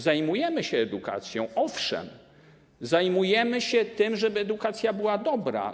Zajmujemy się edukacją, owszem, zajmujemy się tym, żeby edukacja była dobra.